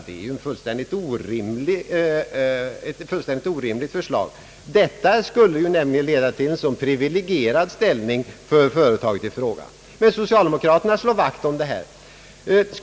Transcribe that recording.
Det är ett fullständigt orimligt förslag, eftersom det skulle leda till en privilegierad ställning för bostadsföretaget i fråga. Men socialdemokraterna slår vakt om detta förslag.